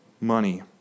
Money